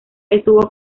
estuvo